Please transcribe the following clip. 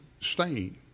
stain